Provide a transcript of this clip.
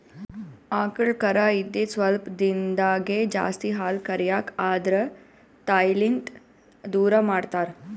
ಆಕಳ್ ಕರಾ ಇದ್ದಿದ್ ಸ್ವಲ್ಪ್ ದಿಂದಾಗೇ ಜಾಸ್ತಿ ಹಾಲ್ ಕರ್ಯಕ್ ಆದ್ರ ತಾಯಿಲಿಂತ್ ದೂರ್ ಮಾಡ್ತಾರ್